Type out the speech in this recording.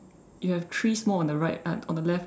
you have three small on the right uh on the left right